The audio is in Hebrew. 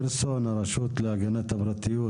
מהרשות להגנת הפרטיות.